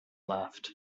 left